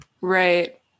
Right